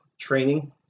training